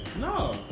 No